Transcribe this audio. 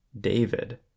David